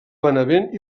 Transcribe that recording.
benavent